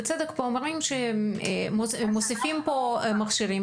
בצדק אומרים פה שמוסיפים מכשירים,